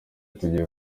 tugiye